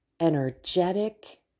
energetic